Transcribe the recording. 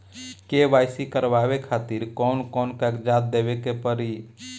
KYC करवावे खातिर कौन कौन कागजात देवे के पड़ी?